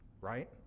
right